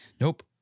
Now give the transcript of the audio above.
Nope